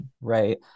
right